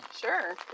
sure